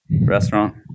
restaurant